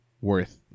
worth